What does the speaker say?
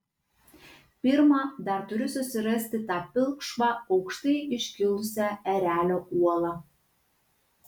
pirma dar turiu susirasti tą pilkšvą aukštai iškilusią erelio uolą